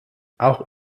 auch